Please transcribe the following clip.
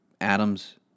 Adams